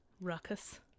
ruckus